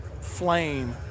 flame